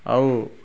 ଆଉ